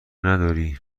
نداری